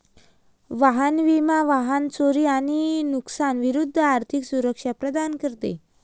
वाहन विमा वाहन चोरी आणि नुकसानी विरूद्ध आर्थिक सुरक्षा प्रदान करते